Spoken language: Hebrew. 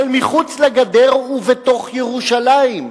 אבל מחוץ לגדר ובתוך ירושלים,